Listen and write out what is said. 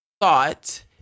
thought